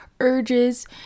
urges